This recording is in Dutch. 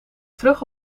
terug